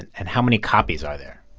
and and how many copies are there?